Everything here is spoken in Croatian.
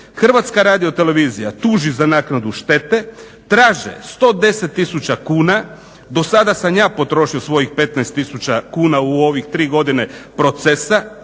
toga mene HRT-a tuži za naknadu štete, traže 110 tisuća kuna. Do sada sam je potrošio svojih 15 tisuća kuna u ovih tri godine procesa